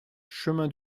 chemin